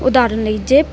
ਉਦਾਹਰਣ ਲਈ ਜੇ